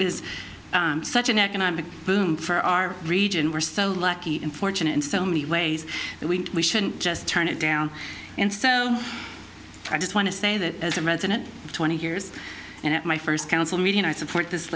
is such an economic boom for our region we're so lucky and fortunate in so many ways that we shouldn't just turn it down and so i just want to say that as a resident twenty years and at my first council meeting i support this